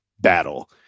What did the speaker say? battle